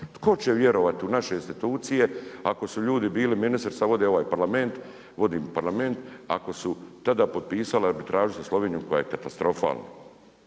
Tko će vjerovati u naše institucije ako su ljudi bili, ministrica vodi ovaj Parlament, vodi Parlament ako su tada potpisala arbitražu sa Slovenijom koja je katastrofalna.